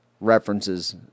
references